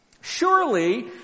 Surely